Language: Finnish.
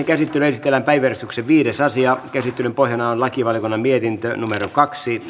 käsittelyyn esitellään päiväjärjestyksen viides asia käsittelyn pohjana on lakivaliokunnan mietintö kaksi